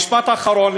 משפט אחרון,